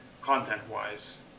content-wise